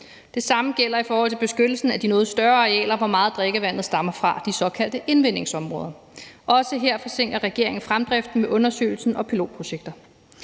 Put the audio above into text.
Det samme gælder i forhold til beskyttelsen af de noget større arealer, hvor meget af drikkevandet stammer fra, altså de såkaldte indvindingsområder. Også her forsinker regeringen fremdriften med undersøgelser og pilotprojekter.